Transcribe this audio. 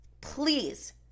please